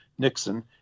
Nixon